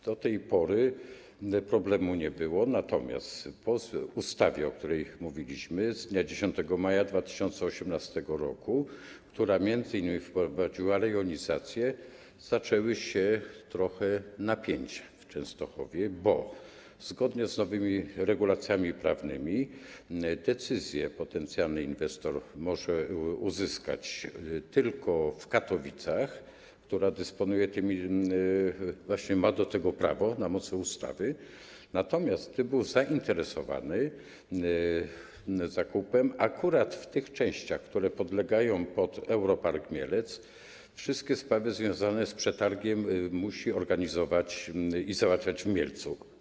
Do tej pory problemu nie było, natomiast po ustawie, o której mówiliśmy, z dnia 10 maja 2018 r., która m.in. wprowadziła rejonizację, zaczęły się napięcia w Częstochowie, bo zgodnie z nowymi regulacjami prawnymi potencjalny inwestor może uzyskać decyzje tylko w Katowicach, która ma do tego prawo na mocy ustawy, natomiast gdy był zainteresowany zakupem akurat w tych częściach, które podlegają Euro-Park Mielec, wszystkie sprawy związane z przetargiem musi organizować i załatwiać w Mielcu.